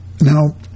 Now